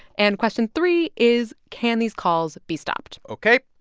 and question three is, can these calls be stopped? ok.